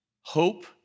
hope